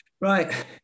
Right